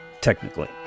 technically